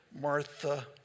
Martha